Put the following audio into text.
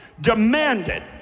demanded